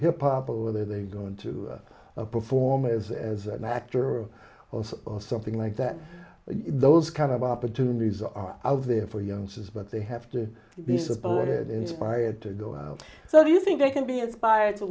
hip hop whether they're going to perform as as an actor or something like that but those kind of opportunities are out there for youngsters but they have to be supported inspired to go so you think they can be inspired to